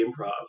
improv